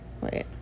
Wait